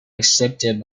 accepted